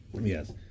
Yes